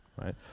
right